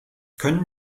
können